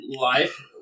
life